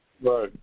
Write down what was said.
Right